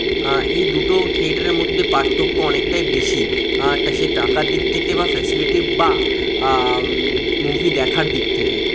এই দুটো থিয়েটারের মধ্যে পার্থক্য অনেকটাই বেশি সে টাকার দিক থেকে বা ফেসিলিটি বা মুভি দেখার দিক থেকে